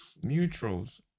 Mutuals